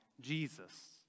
Jesus